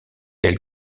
elle